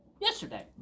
yesterday